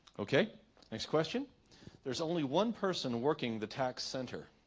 okay next question there's only one person working the tax center